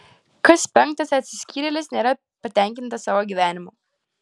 kas penktas atsiskyrėlis nėra patenkintas savo gyvenimu